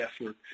effort